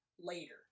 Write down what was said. later